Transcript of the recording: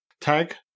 tag